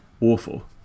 Awful